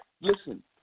Listen